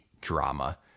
drama